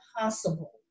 possible